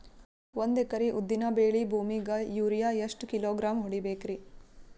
ಒಂದ್ ಎಕರಿ ಉದ್ದಿನ ಬೇಳಿ ಭೂಮಿಗ ಯೋರಿಯ ಎಷ್ಟ ಕಿಲೋಗ್ರಾಂ ಹೊಡೀಬೇಕ್ರಿ?